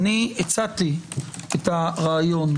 הצעתי את הרעיון,